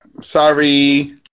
Sorry